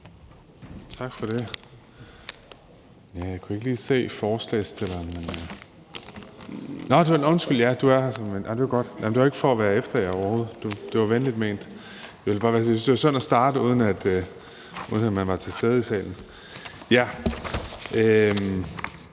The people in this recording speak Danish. Tak for det.